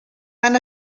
han